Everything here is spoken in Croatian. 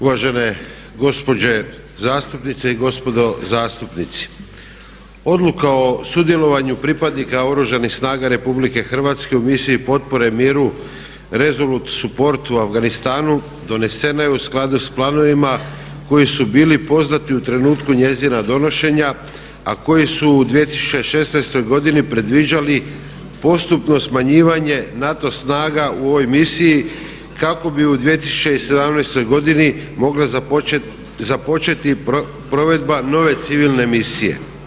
Uvažene gospođe zastupnice i gospodo zastupnici, Odluka o sudjelovanju pripadnika Oružanih snaga Republike Hrvatske u misiji potpore miru „Resolut support“ u Afganistanu donesena je u skladu s planovima koji su bili poznati u trenutku njezina donošenja, a koji su u 2016. godini predviđali postupno smanjivanje NATO snaga u ovoj misiji kako bi u 2017. godini mogla započeti provedba nove civilne misije.